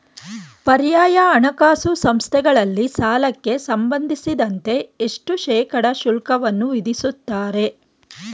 ಪರ್ಯಾಯ ಹಣಕಾಸು ಸಂಸ್ಥೆಗಳಲ್ಲಿ ಸಾಲಕ್ಕೆ ಸಂಬಂಧಿಸಿದಂತೆ ಎಷ್ಟು ಶೇಕಡಾ ಶುಲ್ಕವನ್ನು ವಿಧಿಸುತ್ತಾರೆ?